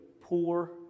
poor